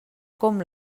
com